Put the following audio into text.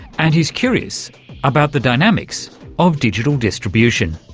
and he's curious about the dynamics of digital distribution.